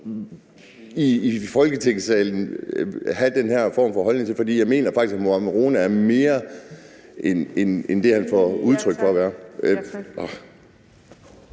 i Folketingssalen og så have den her form for holdning. For jeg mener faktisk, at hr. Mohammad Rona er mere end det, han får udtrykt at være.